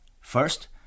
First